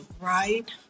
right